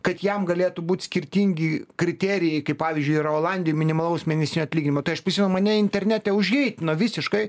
kad jam galėtų būt skirtingi kriterijai kaip pavyzdžiui yra olandijoj minimalaus mėnesinio atlyginimo tai aš prisimenu mane internete užheitino visiškai